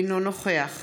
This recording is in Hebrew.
אינו נוכח